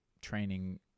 training